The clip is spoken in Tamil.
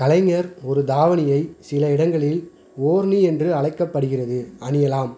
கலைஞர் ஒரு தாவணியை சில இடங்களில் ஓர்ணி என்று அழைக்கப்படுகிறது அணியலாம்